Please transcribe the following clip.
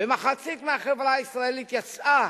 ומחצית מהחברה הישראלית יצאה